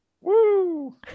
Woo